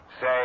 Say